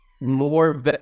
more